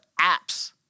apps